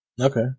Okay